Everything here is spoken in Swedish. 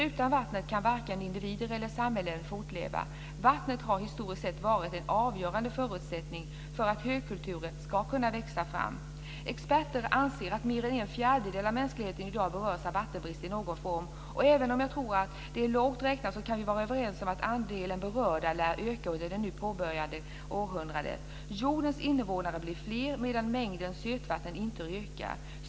Utan vatten kan varken individer eller samhällen fortleva. Vatten har historiskt sett varit en avgörande förutsättning för att högkulturer ska kunna växa fram. Experter anser att mer än en fjärdedel av mänskligheten i dag berörs av vattenbrist i någon form. Även om jag tror att det är lågt räknat, kan vi vara överens om att andelen berörda lär öka under det nu påbörjade århundradet. Jordens innevånare blir fler, medan mängden sötvatten inte ökar.